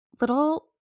little